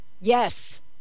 Yes